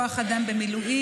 כוח אדם במילואים,